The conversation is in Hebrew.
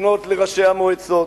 לפנות לראשי המועצות,